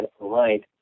right